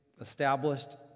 established